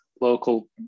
local